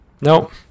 Nope